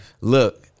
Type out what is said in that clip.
Look